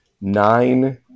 Nine